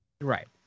Right